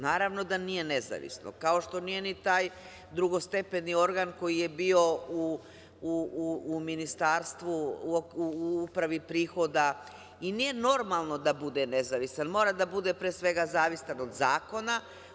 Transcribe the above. Naravno da nije nezavisno, kao što nije ni taj drugostepeni organ koji je bio u Ministarstvu u Upravi prihoda i nije normalno da bude nezavistan, mora da bude pre svega zavistan od zakona.